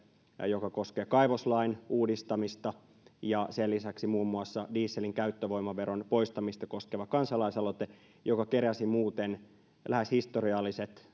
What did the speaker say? joka koskee kaivoslain uudistamista sen lisäksi muun muassa dieselin käyttövoimaveron poistamista koskeva kansalaisaloite joka keräsi muuten lähes historialliset